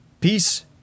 Peace